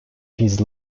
his